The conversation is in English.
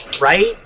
Right